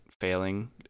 failing